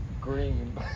green